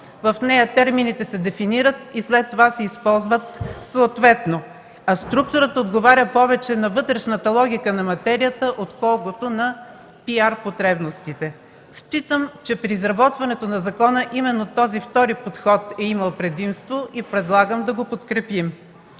В нея термините се дефинират и след това се използват съответно, а структурата отговаря повече на вътрешната логика на материята, отколкото на PR потребностите. Считам, че при изработването на закона именно този втори подход е имал предимство и предлагам да го подкрепим.